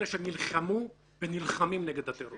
את אלה שנלחמו ונלחמים נגד הטרור.